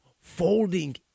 folding